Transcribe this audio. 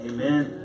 Amen